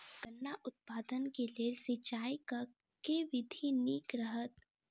गन्ना उत्पादन केँ लेल सिंचाईक केँ विधि नीक रहत?